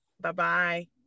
Bye-bye